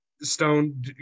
Stone